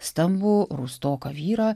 stambų rūstoką vyrą